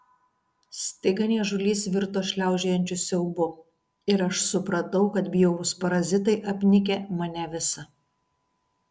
staiga niežulys virto šliaužiojančiu siaubu ir aš supratau kad bjaurūs parazitai apnikę mane visą